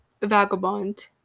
vagabond